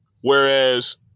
Whereas